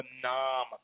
phenomenal